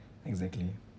exactly